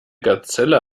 gazelle